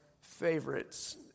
favorites